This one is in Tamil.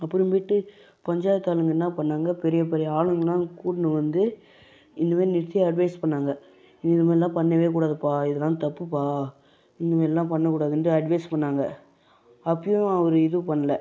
அப்புறமேட்டு பஞ்சாயத்து ஆளுங்கள் என்ன பண்ணிணாங்க பெரிய பெரிய ஆளுங்களல்லால் கூட்டினு வந்து இந்தமாதிரி நிறுத்தி அட்வைஸ் பண்ணிணாங்க நீ இந்த மாதிரில்லா பண்ணவே கூடாதுப்பா இதெல்லாம் தப்புப்பா இந்த மாதிரில்லா பண்ணக் கூடாதுன்ட்டு அட்வைஸ் பண்ணிணாங்க அப்போயும் அவர் இது பண்ணலை